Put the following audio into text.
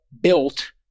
built